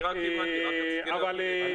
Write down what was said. אני רק רציתי להבין ממה הם מתפרנסים.